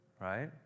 right